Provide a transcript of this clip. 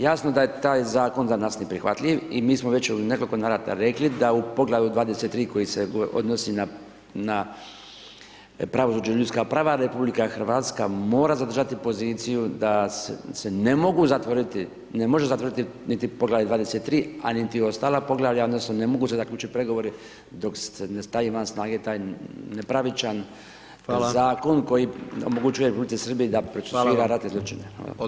Jasno da je taj zakon za nas neprihvatljiv i mi smo već u nekoliko navrata rekli da u Poglavlju 23. koji se odnosi na pravosuđe i ljudska prava RH mora zadržati poziciju da se ne mogu zatvoriti, ne može zatvori niti Poglavlje 23., a niti ostala poglavlja odnosno ne mogu se zaključit pregovori dok se ne stavi van snage taj nepravičan [[Upadica: Hvala.]] zakon koji omogućuje Republici Srbiji da [[Upadica: Hvala vam.]] procesuira ratne zločine.